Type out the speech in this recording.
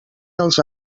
dels